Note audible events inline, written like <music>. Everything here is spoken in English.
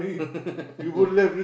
<laughs>